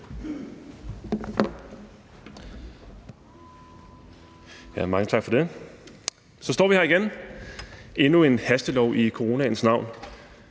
tak for det. Så står vi her igen med endnu en hastelov i coronaens navn.